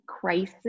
crisis